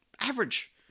average